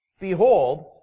behold